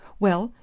well,